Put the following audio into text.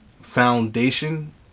foundation